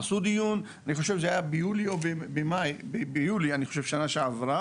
עשו דיון, אני חושב שזה היה ביולי בשנה שעברה,